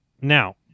Now